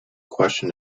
question